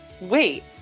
Wait